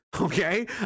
Okay